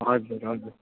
हजुर हजुर